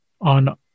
On